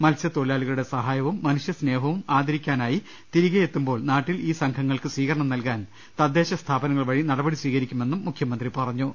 മത്സ്യത്തൊ ഴിലാളികളുടെ സഹായവും മനുഷ്യസ്നേഹവും ആദരിക്കാനായി തിരികെ യെത്തുമ്പോൾ നാട്ടിൽ ഈ സംഘങ്ങൾക്ക് സ്വീകരണം നൽകാൻ തദ്ദേശ സ്ഥാപനങ്ങൾ വഴി നടപടി സ്വീകരിക്കുമെന്നും മുഖ്യമന്ത്രി പറഞ്ഞു